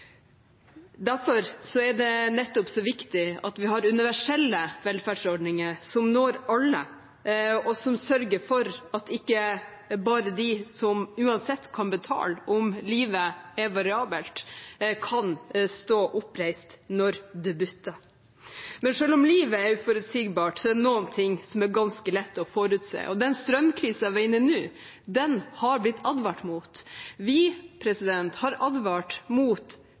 Derfor er det nettopp så viktig at vi har universelle velferdsordninger som når alle, og som sørger for at ikke bare de som uansett kan betale om livet er variabelt, kan stå oppreist når det butter. Selv om livet er uforutsigbart, er det noen ting som er ganske lett å forutse, og den strømkrisen vi er inne i nå, har det blitt advart mot. Vi har advart mot